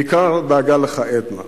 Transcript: בעיקר דאגה לך עדנה.